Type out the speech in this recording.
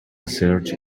serge